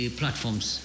platforms